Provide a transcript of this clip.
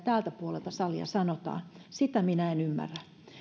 täältä puolelta salia sanotaan sitä minä en ymmärrä